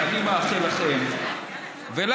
אני מאחל לכם ולנו,